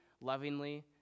lovingly